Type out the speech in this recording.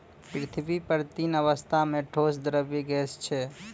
पृथ्वी पर तीन अवस्था म ठोस, द्रव्य, गैस छै